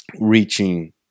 reaching